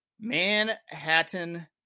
Manhattan